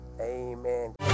Amen